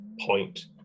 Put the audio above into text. point